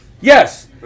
Yes